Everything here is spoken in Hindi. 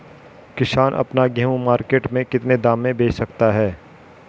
किसान अपना गेहूँ मार्केट में कितने दाम में बेच सकता है?